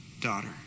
daughter